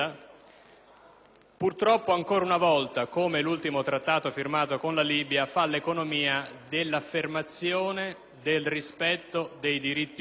purtroppo, ancora una volta (come l'ultimo Trattato firmato con la Libia), faccia economia dell'affermazione del rispetto dei diritti umani,